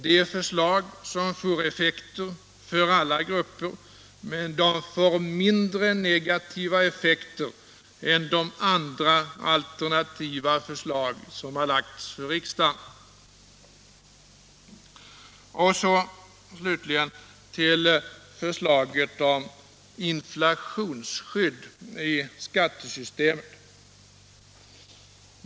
Det är förslag som får effekter för alla grupper, men mindre negativa effekter än andra alternativa förslag som har lagts fram i riksdagen. Slutligen till förslaget om inflationsskydd i skattesystemet.